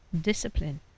discipline